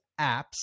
apps